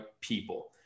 people